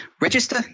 register